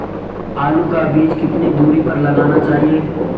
आलू का बीज कितनी दूरी पर लगाना चाहिए?